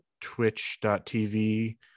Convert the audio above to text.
twitch.tv